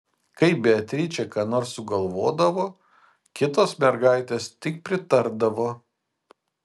kai beatričė ką nors sugalvodavo kitos mergaitės tik pritardavo